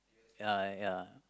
ya ya